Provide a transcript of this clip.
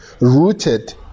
rooted